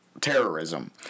terrorism